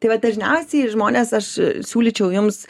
tai va dažniausiai žmonės aš siūlyčiau jums